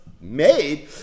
made